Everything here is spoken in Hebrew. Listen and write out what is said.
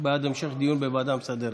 בעד המשך דיון בוועדה המסדרת.